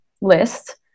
list